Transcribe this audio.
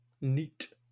Neat